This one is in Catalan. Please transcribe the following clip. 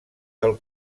del